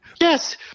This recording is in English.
Yes